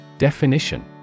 Definition